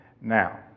Now